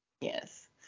Yes